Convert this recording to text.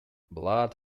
blood